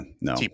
no